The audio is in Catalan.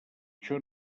això